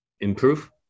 improve